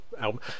album